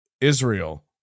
Israel